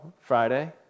Friday